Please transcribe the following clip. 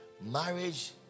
Marriage